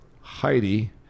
Heidi